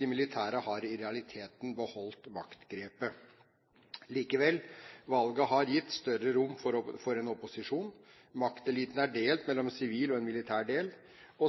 De militære har i realiteten beholdt maktgrepet. Likevel, valget har gitt større rom for en opposisjon. Makteliten er delt mellom en sivil og en militær del.